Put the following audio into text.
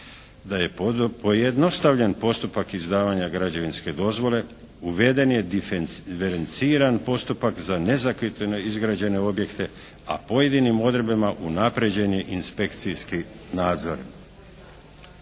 da je pojednostavljen postupak izdavanja građevinske dozvole, uveden je diferenciran postupak za nezakonito izgrađene objekte, a pojedinim odredbama unaprijeđeni inspekcijski nadzor.